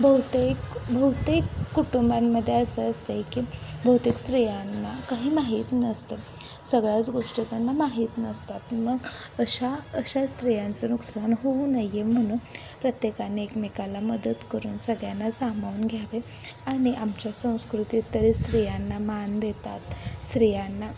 बहुतेक बहुतेक कुटुंबांमध्ये असं असतं आहे की बहुतेक स्त्रियांना काही माहीत नसतं आहे सगळ्याच गोष्टी त्यांना माहीत नसतात मग अशा अशा स्त्रियांचं नुकसान होऊ नाही आहे म्हणून प्रत्येकाने एकमेकाला मदत करून सगळ्यांना सांभाळून घ्यावे आणि आमच्या संस्कृतीत तरी स्त्रियांना मान देतात स्त्रियांना